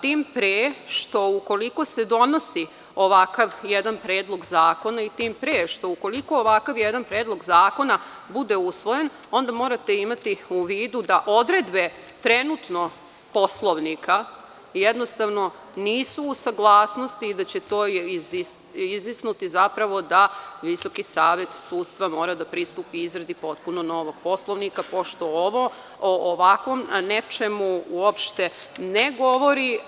Tim pre što ukoliko se donosi ovakav jedan predlog zakona, i tim pre što ukoliko ovako jedan predlog zakona bude usvojen, onda morate imate u vidu da odredbe trenutno Poslovnika jednostavno nisu u saglasnosti i da će to izisnuti da VSS mora da pristupi izradi potpuno novog Poslovnika, pošto ovo ovako nečemu uopšte ne govori.